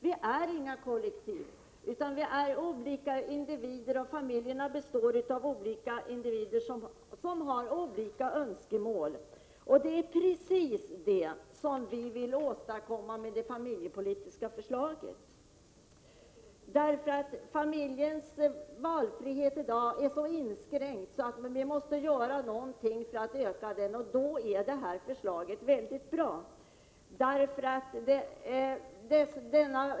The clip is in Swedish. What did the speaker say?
Vi är inga kollektiv utan olika individer. Familjerna består av olika individer med olika önskemål. Det är just detta som vi har velat ta hänsyn till i det familjepolitiska förslaget. Familjens valfrihet i dag är så inskränkt att det måste göras någonting för att öka den, och då är vårt förslag mycket bra.